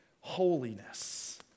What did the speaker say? holiness